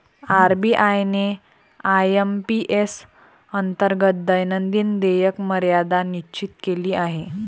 RBI ने IMPS अंतर्गत दैनंदिन देयक मर्यादा निश्चित केली आहे